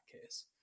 case